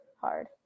hard